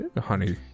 honey